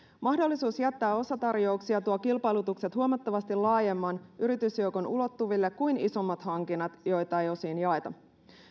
mahdollisuus jättää osatarjouksia tuo kilpailutukset huomattavasti laajemman yritysjoukon ulottuville kuin isommissa hankinnoissa joita ei osiin jaeta